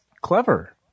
clever